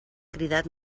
cridat